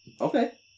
Okay